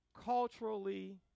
culturally